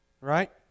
right